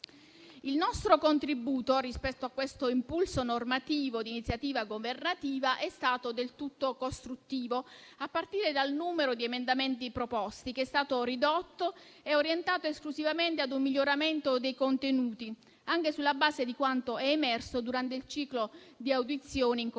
Il nostro contributo rispetto a questo impulso normativo, di iniziativa governativa, è stato del tutto costruttivo, a partire dal numero di emendamenti proposti, che è stato ridotto e orientato esclusivamente ad un miglioramento dei contenuti, anche sulla base di quanto è emerso durante il ciclo di audizioni in Commissione.